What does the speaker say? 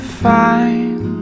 fine